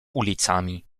ulicami